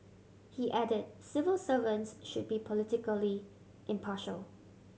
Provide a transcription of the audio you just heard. he added civil servants should be politically impartial